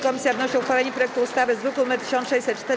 Komisja wnosi o uchwalenie projektu ustawy z druku nr 1604.